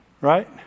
right